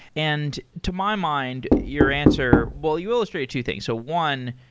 and to my mind, your answer well, you illustrated two things. so one,